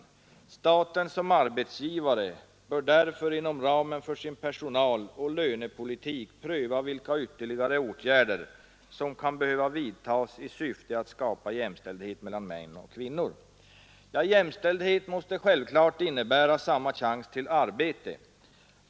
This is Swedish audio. Staten som arbetsgivare bör därför inom ramen för sin personaloch lönepolitik pröva vilka ytterligare åtgärder som kan behöva vidtas i syfte att skapa jämställdhet mellan män och kvinnor.” Jämställdhet måste självfallet också innebära samma chans till arbete.